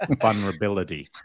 vulnerability